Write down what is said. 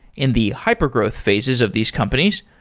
in the hypergrowth phases of these companies,